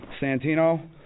Santino